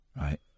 right